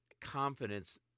confidence